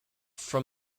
from